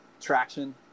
traction